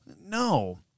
No